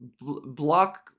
block